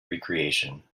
recreation